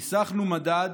ניסחנו מדד,